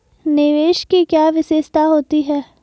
निवेश की क्या विशेषता होती है?